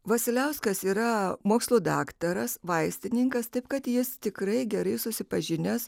vasiliauskas yra mokslų daktaras vaistininkas taip kad jis tikrai gerai susipažinęs